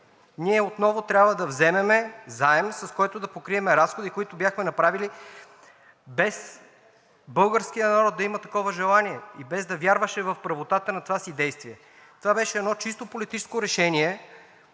ние отново трябва да вземем заем, с който да покрием разходи, които бяха направени без българският народ да има такова желание и без да вярваше в правотата на това си действие. Това беше едно чисто политическо решение,